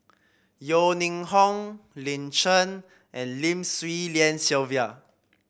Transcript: Yeo Ning Hong Lin Chen and Lim Swee Lian Sylvia